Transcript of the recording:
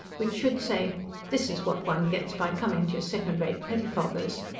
which should say this is what one gets by coming to your second-rate pettifoggers!